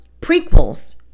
prequels